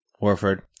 Warford